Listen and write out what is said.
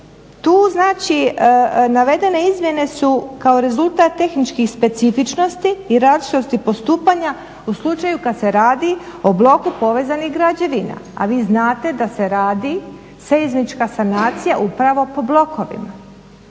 tu znači navedene izmjene su kao rezultat tehničkih specifičnosti i različitosti postupanja u slučaju kada se radi o bloku povezanih građevina. A vi znate da se radi seizmička sanacija upravo po blokovima.